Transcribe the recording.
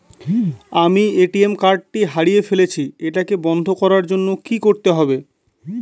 আমি ATM card টি হারিয়ে ফেলেছি এটাকে বন্ধ করার জন্য কি করতে হবে?